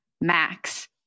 Max